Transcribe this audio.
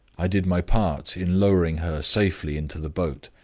i did my part in lowering her safely into the boat.